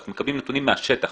אנחנו מקבלים נתונים מהשטח.